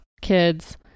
kids